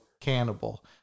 cannibal